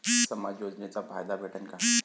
समाज योजनेचा फायदा भेटन का?